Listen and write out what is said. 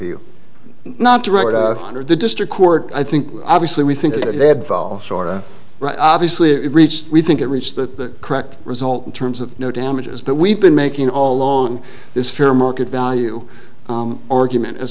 you not to write under the district court i think obviously we think it had obviously it reached we think it reached the correct result in terms of no damages but we've been making all along this fair market value argument as